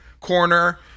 corner